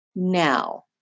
now